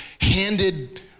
handed